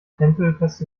tänzelfest